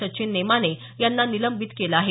सचिन नेमाने यांना निलंबित केलं आहे